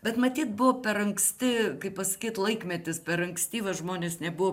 bet matyt buvo per anksti kaip pasakyt laikmetis per ankstyvas žmonės nebuvo